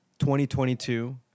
2022